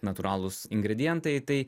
natūralūs ingredientai tai